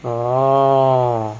orh